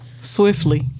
swiftly